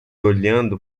olhando